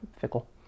fickle